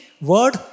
word